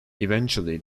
eventually